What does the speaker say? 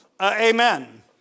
Amen